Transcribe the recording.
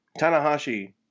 Tanahashi